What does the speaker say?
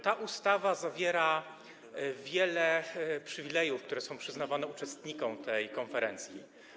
Ta ustawa określa wiele przywilejów, które są przyznawane uczestnikom konferencji.